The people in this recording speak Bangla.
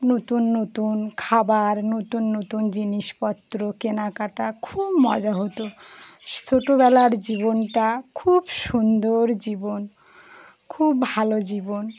নতুন নতুন খাবার নতুন নতুন জিনিসপত্র কেনাকাটা খুব মজা হতো ছোটোবেলার জীবনটা খুব সুন্দর জীবন খুব ভালো জীবন